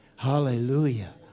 Hallelujah